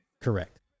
Correct